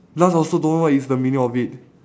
plus I also don't know what is the meaning of it